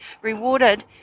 rewarded